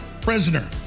prisoner